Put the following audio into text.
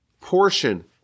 portion